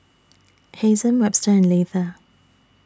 Hazen Webster and Leitha